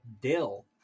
dill